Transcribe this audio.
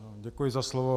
Děkuji za slovo.